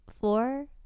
four